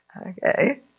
Okay